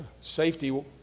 safety